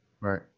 Right